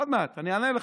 עוד מעט אני אענה לך.